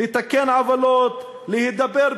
לתקן עוולות, להידבר ביושר,